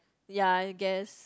ya I guess